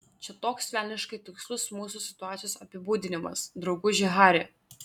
čia toks velniškai tikslus mūsų situacijos apibūdinimas drauguži hari